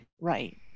Right